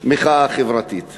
מחאה חברתית